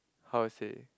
how to say